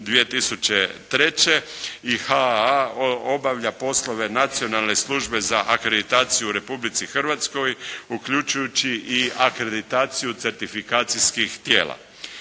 2003. i HAA obavlja poslove nacionalne službe za akreditaciju u Republici Hrvatskoj uključujući i akreditaciju certifikacijskih tijela.